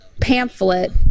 pamphlet